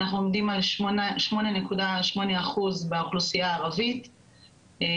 אנחנו עומדים על 8.8% באוכלוסייה הערבית,